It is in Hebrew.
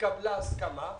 התקבלה הסכמה.